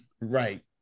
Right